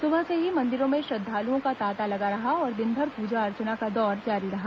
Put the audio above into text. सुबह से ही मंदिरों में श्रद्वालुओं का तांता लगा रहा और दिनभर पूजा अर्चना का दौर जारी रहा